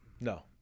No